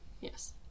yes